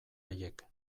haiek